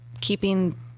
keeping